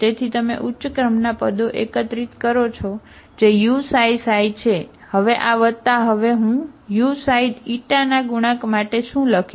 તેથી તમે ઉચ્ચ ક્રમના પદો એકત્રિત કરો જે uξξ છે હવે આ વત્તા હવે હું uξη ના ગુણાંક માટે શું લખીશ